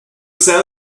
sell